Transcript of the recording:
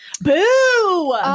Boo